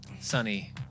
sunny